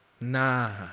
Nah